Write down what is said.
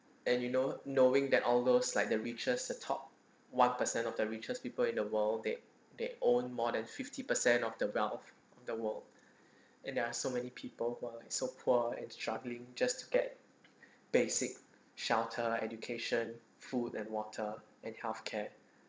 and you know knowing that all those like the richest the top one per cent of the richest people in the world they they own more than fifty per cent of the wealth in the world and there are so many people who are so poor and struggling just to get basic shelter education food and water and health care